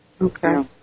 Okay